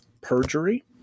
perjury